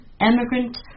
emigrant